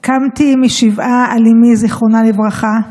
קמתי משבעה על אימי, זיכרונה לברכה,